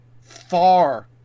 far